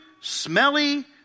smelly